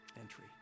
entry